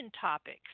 topics